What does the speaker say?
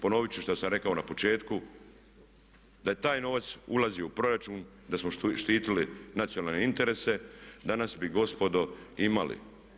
Ponoviti ću što sam rekao na početku, da je taj novac ulazio u proračun, da smo štitili nacionalne interese danas bi gospodo imali.